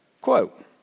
Quote